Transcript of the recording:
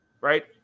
right